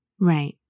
Right